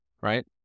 right